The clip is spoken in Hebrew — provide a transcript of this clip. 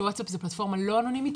שווטסאפ זה פלטפורמה לא אנונימית,